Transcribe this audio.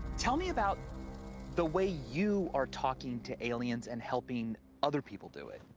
tell me about the way you are talking to aliens and helping other people do it.